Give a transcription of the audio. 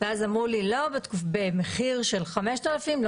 ואז אמרו לי לא במחיר של 5,000 שקלים,